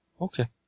Okay